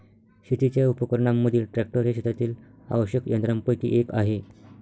शेतीच्या उपकरणांमधील ट्रॅक्टर हे शेतातील आवश्यक यंत्रांपैकी एक आहे